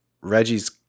Reggie's